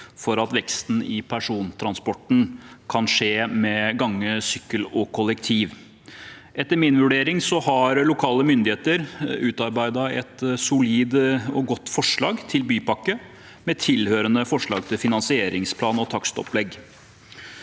for at veksten i persontransporten kan skje med gange, sykkel og kollektiv. Etter min vurdering har lokale myndigheter utarbeidet et solid og godt forslag til bypakke med tilhørende forslag til finansieringsplan og takstopplegg.